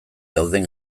dauden